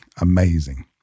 amazing